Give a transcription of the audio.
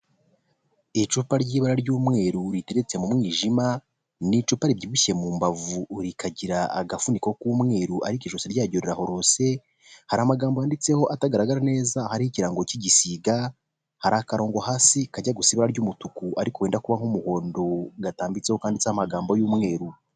Icupa ry'ibara ry'umweru riteretse mu mwijima, ni icupa ribyibushye mu mbavu, rikagira agafuniko k'umweru ariko ijosi ryaryo rirahorose, hari amagambo yanditseho atagaragara neza, hariho ikirango cy'igisiga, hari akarongo hasi kajya gusa ibara ry'umutuku ariko wenda kuba nk'umuhondo, gatambitseho, kanditseho amagambo y'umweru.